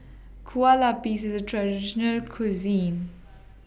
Kueh Lapis IS A Traditional Cuisine